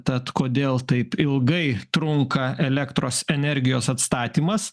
tad kodėl taip ilgai trunka elektros energijos atstatymas